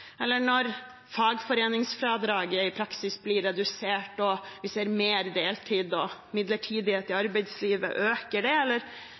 Eller når fagforeningsfradraget i praksis blir redusert og vi ser mer deltid og midlertidighet i arbeidslivet, øker det eller